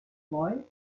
boy